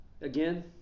again